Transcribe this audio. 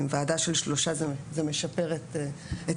עם ועדה של שלושה זה משפר את האיזונים.